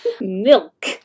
milk